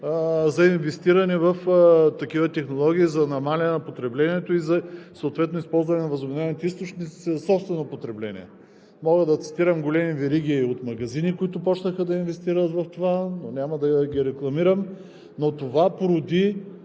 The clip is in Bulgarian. за инвестиране в такива технологии, за намаляване на потреблението и за съответно използване на възобновяемите източници за собствено потребление. Мога да цитирам големи вериги от магазини, които започнаха да инвестират в това, но няма да ги рекламирам. Това породи